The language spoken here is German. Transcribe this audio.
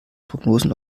prognosen